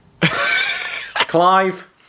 Clive